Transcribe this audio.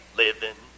living